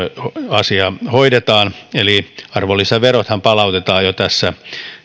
asia hoidetaan eli arvonlisäverothan palautetaan jo tässä